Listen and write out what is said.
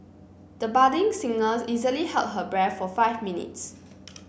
the budding singer easily held her breath for five minutes